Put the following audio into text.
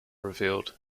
revealed